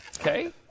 Okay